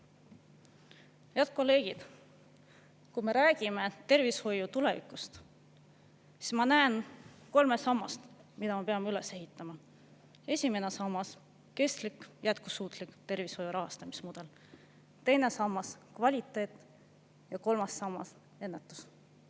Head kolleegid! Kui me räägime tervishoiu tulevikust, siis ma näen kolme sammast, mida me peame üles ehitama. Esimene sammas: kestlik, jätkusuutlik tervishoiu rahastamise mudel. Teine sammas: kvaliteet. Kolmas sammas: ennetus.